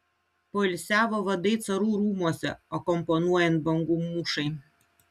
poilsiavo vadai carų rūmuose akompanuojant bangų mūšai